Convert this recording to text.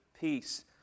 peace